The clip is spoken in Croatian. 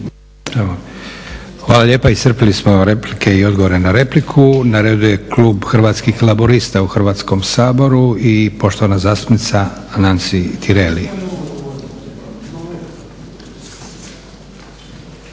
Hvala lijepa. Iscrpili smo replike i odgovore na repliku. Na redu je klub Hrvatskih laburista u Hrvatskom saboru i poštovana zastupnica Nansi Tireli.